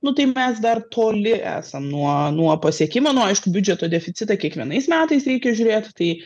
nu tai mes dar toli esam nuo nuo pasiekimo nu aišku biudžeto deficitą kiekvienais metais reikia žiūrėt tai